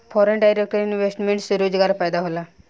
foreign direct investment से रोजगार पैदा होला